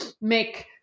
make